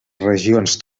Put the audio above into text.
regions